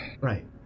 Right